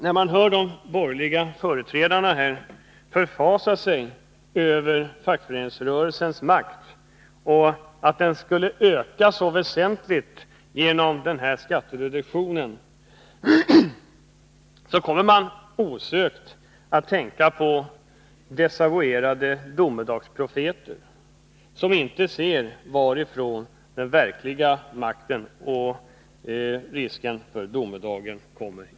När man hör de borgerliga företrädarna förfasa sig över fackföreningsrörelsens makt och över att den skulle öka så väsentligt genom skattereduktionen, kommer man osökt att tänka på desavouerade domedagsprofeter, 155 som inte ser varifrån den verkliga faran kommer.